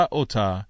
ota